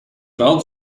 twelve